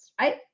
right